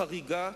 החריגה,